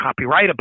copyrightable